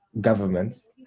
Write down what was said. governments